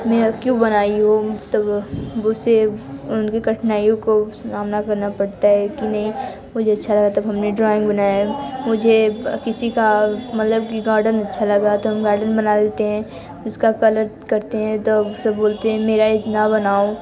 मेरा क्यों बनाई हो तब उसे उनके कठिनाइयों को सामना करना पड़ता है कि नहीं मुझे अच्छा लगा तब हम ने ड्राॅइंग बनाया है मुझे किसी का मतलब कि गार्डन अच्छा लगा तो हम गार्डन बना लेते हैं उसका कलर करते हैं तब सब बोलते हैं मेरा इतना बनाओ